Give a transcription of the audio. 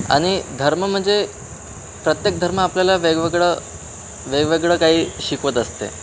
आणि धर्म म्हणजे प्रत्येक धर्म आपल्याला वेगवेगळं वेगवेगळं काही शिकवत असते